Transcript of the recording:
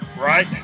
right